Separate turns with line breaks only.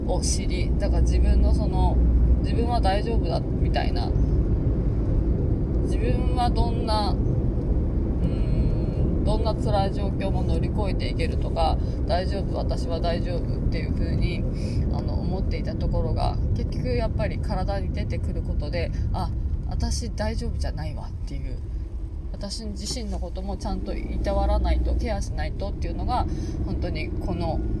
を知り、だから自分のその、自分は大丈夫だ、みたいな。自分はどんな、うーん、どんな辛い状況も乗り越えていけるとか、大丈夫、私は大丈夫っていう風に、あの、思っていたところが、結局やっぱり体に出てくることで、あ、私大丈夫じゃないわっていう。私自身のこともちゃんといたわらないと、ケアしないとっていうのが、本当にこの